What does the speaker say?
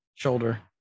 shoulder